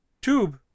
Tube